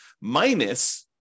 minus